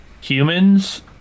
humans